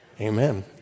Amen